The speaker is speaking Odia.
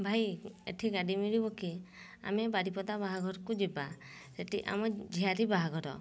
ଭାଇ ଏଠି ଗାଡ଼ି ମିଳିବ କି ଆମେ ବାରିପଦା ବାହାଘରକୁ ଯିବା ସେଇଠି ଆମ ଝିଆରୀ ବାହାଘର